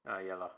ya lor